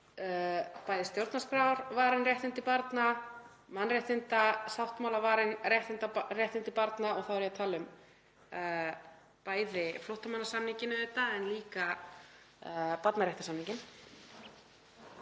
bæði stjórnarskrárvarin réttindi barna, mannréttindasáttmálavarin réttindi barna, og þá er ég að tala um bæði flóttamannasamninginn auðvitað en líka barnaréttarsamninginn,